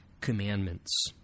commandments